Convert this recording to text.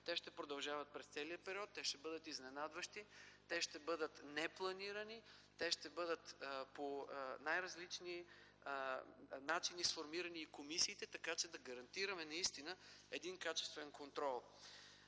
Те ще продължават през целия период. Те ще бъдат изненадващи. Те ще бъдат непланирани. По най-различни начини ще бъдат сформирани и комисиите, така че да гарантираме наистина един качествен контрол.